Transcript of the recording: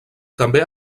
també